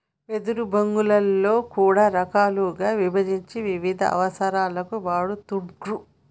వెదురు బొంగులో కూడా రకాలుగా విభజించి వివిధ అవసరాలకు వాడుతూండ్లు